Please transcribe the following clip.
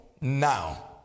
now